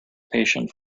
patient